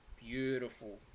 beautiful